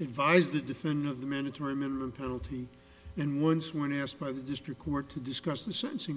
advise the defendant of the mandatory minimum penalty and once when asked by the district court to discuss the sentencing